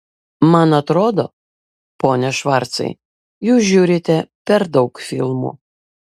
man atrodo pone švarcai jūs žiūrite per daug filmų